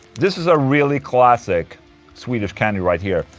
this is a really classic swedish candy right here.